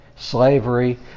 slavery